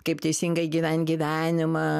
kaip teisingai gyvent gyvenimą